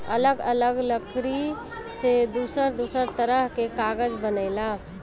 अलग अलग लकड़ी से दूसर दूसर तरह के कागज बनेला